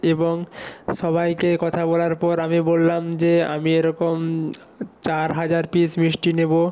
এবং সবাইকেই কথা বলার পর আমি বললাম যে আমি এরকম চার হাজার পিস মিষ্টি নেবো